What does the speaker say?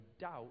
doubt